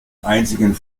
einzigen